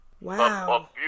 Wow